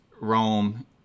Rome